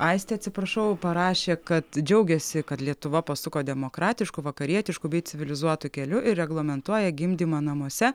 aistė atsiprašau parašė kad džiaugiasi kad lietuva pasuko demokratišku vakarietišku bei civilizuotu keliu ir reglamentuoja gimdymą namuose